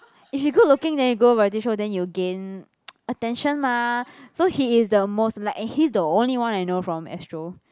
if you good looking then you go variety show then you gain attention mah so he is the most like and he's the only one I know from Astro